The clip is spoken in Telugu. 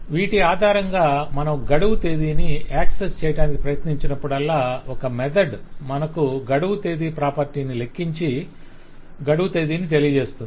వీటి ఆధారంగా మనం గడువు తేదీని యాక్సెస్ చేయడానికి ప్రయత్నించినప్పుడల్లా ఒక మెథడ్ మనకు గడువు తేదీ ప్రాపర్టీ ని లెక్కించి పెట్టి గడువు తేదీని తెలియజేస్తుంది